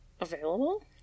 available